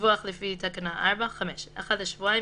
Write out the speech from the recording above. דיווח לפי תקנה 4 5. אחת לשבועיים,